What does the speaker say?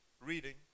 reading